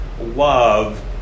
love